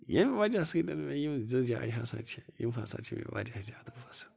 ییٚمہِ وجہ سٕتۍ مےٚ یِم زٕ جایہٕ ہسا چھِ یِم ہسا چھِ مےٚ وارِیاہ زیادٕ پسنٛد